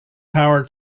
power